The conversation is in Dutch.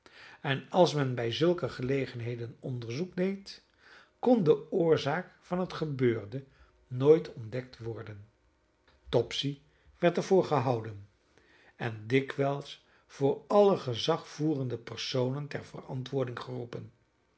en als men bij zulke gelegenheden onderzoek deed kon de oorzaak van het gebeurde nooit ontdekt worden topsy werd er voor gehouden en dikwijls voor alle gezagvoerende personen ter verantwoording geroepen